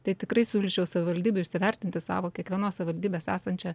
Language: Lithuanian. tai tikrai siūlyčiau savivaldybei įsivertinti savo kiekvienos savivaldybės esančią